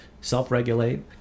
self-regulate